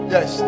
Yes